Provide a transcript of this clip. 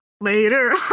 later